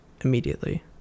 immediately